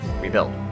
rebuild